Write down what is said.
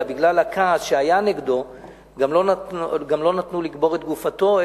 אלא בגלל הכעס שהיה נגדו גם לא נתנו לקבור את גופתו,